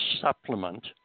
supplement